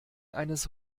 eines